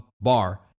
bar